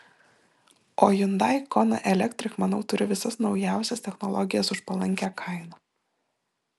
o hyundai kona electric manau turi visas naujausias technologijas už palankią kainą